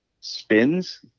spins